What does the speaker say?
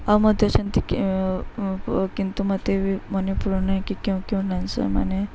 ଆଉ ମଧ୍ୟ ସେମିତି କିନ୍ତୁ ମୋତେ ବି ମନେ ପଡୁନାହିଁ କି କେଉଁ କେଉଁ ଡାନ୍ସର ମାନେ